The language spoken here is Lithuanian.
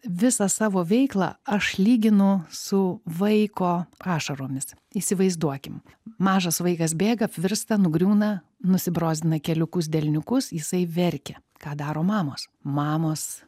visą savo veiklą aš lyginu su vaiko ašaromis įsivaizduokim mažas vaikas bėga apvirsta nugriūna nusibrozdina keliukus delniukus jisai verkia ką daro mamos mamos